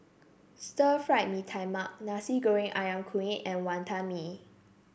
Stir Fry Mee Tai Mak Nasi Goreng ayam Kunyit and Wantan Mee